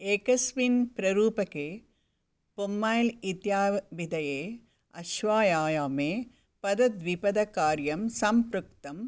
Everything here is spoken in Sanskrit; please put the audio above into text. एकस्मिन् प्ररूपके पोम्मैल् इत्याभिधये अश्वायायामे पदद्विपदकार्यं सम्पृक्तं भवति